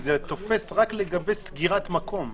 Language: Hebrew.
שזה תופס רק לגבי סגירת מקום.